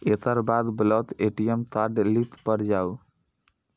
एकर बाद block ATM card link पर जाउ